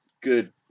Good